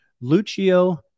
Lucio